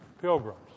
Pilgrims